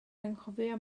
anghofio